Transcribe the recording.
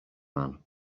man